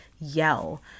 yell